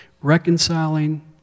Reconciling